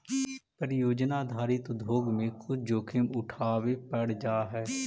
परियोजना आधारित उद्योग में कुछ जोखिम उठावे पड़ जा हई